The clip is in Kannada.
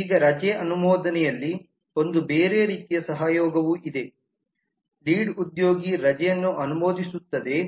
ಈಗ ರಜೆ ಅನುಮೋದನೆಯಲ್ಲಿ ಒಂದು ಬೇರೆ ರೀತಿಯ ಸಹಯೋಗವು ಇದೆ ಲೀಡ್ ಉದ್ಯೋಗಿ ರಜೆಯನ್ನು ಅನುಮೋದಿಸುತ್ತದೆ